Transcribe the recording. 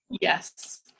Yes